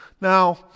Now